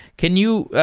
can you,